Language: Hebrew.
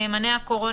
"נאמני הקורונה",